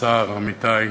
ראש הממשלה, השר, עמיתי,